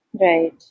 Right